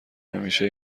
نمیشه